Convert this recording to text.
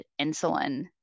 insulin